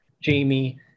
Jamie